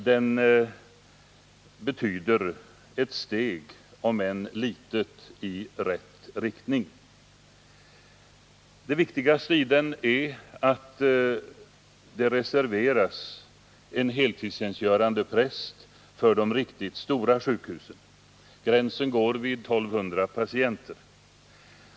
Den betyder ett steg om än litet i rätt riktning. Det viktigaste i delreformen är att det reserveras en heltidstjänstgörande präst för de riktigt stora sjukhusen. Gränsen går vid 1 200 patienter.